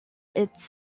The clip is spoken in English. its